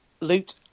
loot